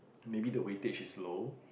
maybe the weightage is low